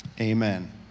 amen